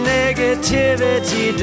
negativity